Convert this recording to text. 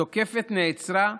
התוקפת נעצרה,